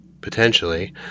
Potentially